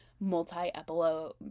multi-epilogue